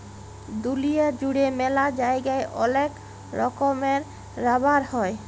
দুলিয়া জুড়ে ম্যালা জায়গায় ওলেক রকমের রাবার হ্যয়